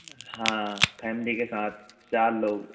हाँ फैमली के साथ चार लोग